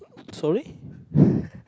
sorry